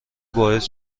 باعث